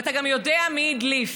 ואתה גם יודע מי הדליף,